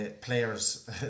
players